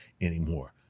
anymore